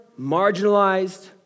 marginalized